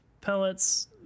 pellets